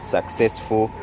Successful